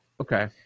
Okay